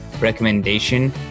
recommendation